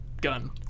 gun